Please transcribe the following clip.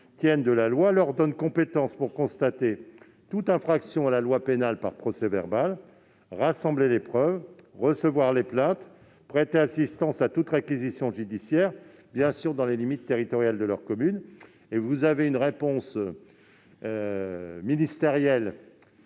tiennent de la loi, leur donne compétence pour constater toute infraction à la loi pénale par procès-verbal, rassembler des preuves, recevoir les plaintes et prêter assistance à toute réquisition judiciaire, dans les limites territoriales de leur commune. Une réponse ministérielle